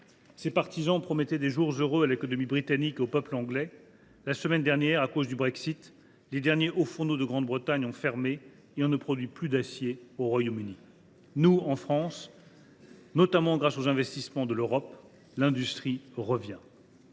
les partisans promettaient des jours heureux à l’économie britannique et au peuple anglais. La semaine dernière, à cause du Brexit, les derniers hauts fourneaux de Grande Bretagne ont fermé. Ainsi, on ne produit plus d’acier au Royaume Uni !« En France, au contraire, l’industrie revient,